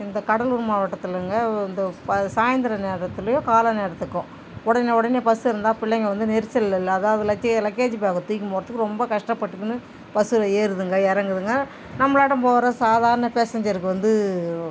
இந்த கடலூர் மாவட்டத்துலேங்க இந்த சாய்ந்திர நேரத்துலேயும் காலை நேரத்துக்கும் உடனே உடனே பஸ்ஸு இருந்தால் பிள்ளைங்க வந்து நெரிசலில் இல்லாத அது லக்கி லக்கேஜ் பேக்கை தூக்கினு போகிறதுக்கு ரொம்ப கஷ்டப்பட்டுக்குனு பஸ்ஸுல் ஏறுதுங்க இறங்குதுங்க நம்மளாட்டம் போகிற சாதாரண பேசஞ்சருக்கு வந்து